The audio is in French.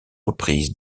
reprises